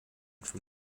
from